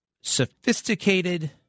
sophisticated